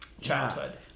childhood